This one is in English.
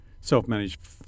self-managed